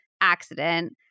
accident